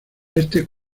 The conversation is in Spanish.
este